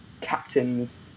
captains